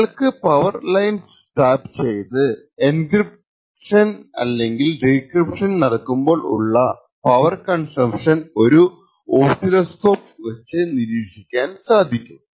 അയാൾക്ക് power lines tap ചെയ്ത് encryption അല്ലെങ്കിൽ ഡീക്രിപ്ഷൻ നടക്കുമ്പോൾ ഉള്ള പവർ കൺസംപ്ഷൻ ഒരു ഓസിലോസ്കോപ്പ് വച്ച് നിരീക്ഷിക്കാൻ കഴിയണം